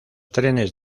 trenes